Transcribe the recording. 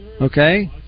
Okay